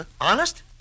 Honest